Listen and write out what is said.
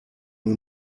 nur